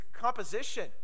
composition